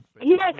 Yes